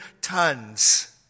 tons